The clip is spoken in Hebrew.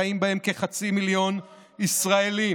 חיים בהם כחצי מיליון ישראלים,